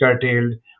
curtailed